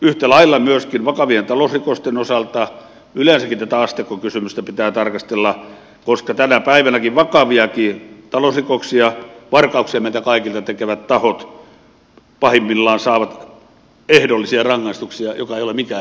yhtä lailla myöskin vakavien talousrikosten osalta ja yleensäkin tätä asteikkokysymystä pitää tarkastella koska tänä päivänäkin vakaviakin talousrikoksia varkauksia meiltä kaikilta tekevät tahot pahimmillaan saavat ehdollisia rangaistuksia jotka eivät ole mitään rangaistuksia